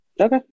Okay